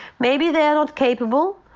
maybe they're not capable,